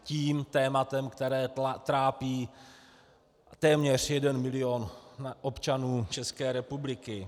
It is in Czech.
Tím tématem, které trápí téměř jeden milion občanů České republiky.